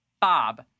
Bob